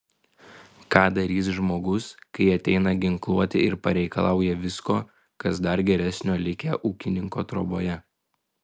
ką darys žmogus kai ateina ginkluoti ir pareikalauja visko kas dar geresnio likę ūkininko troboje